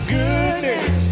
goodness